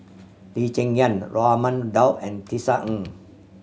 Lee Cheng Yan Raman Daud and Tisa Ng